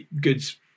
goods